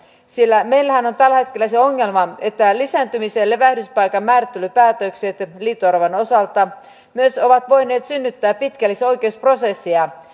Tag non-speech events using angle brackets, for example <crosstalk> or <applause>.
sillä meillähän on tällä hetkellä se ongelma että lisääntymis ja levähdyspaikan määrittelypäätökset liito oravan osalta myös ovat voineet synnyttää pitkällisiä oikeusprosesseja <unintelligible>